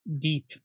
deep